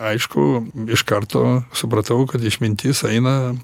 aišku iš karto supratau kad išmintis eina